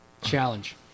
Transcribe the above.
challenge